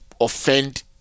offend